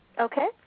Okay